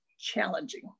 challenging